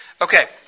Okay